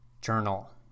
journal